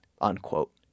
unquote